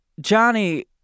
Johnny